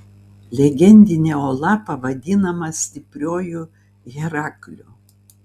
legendinė uola pavadinama stipriuoju herakliu